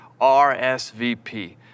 RSVP